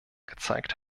gezeigt